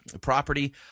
property